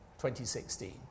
2016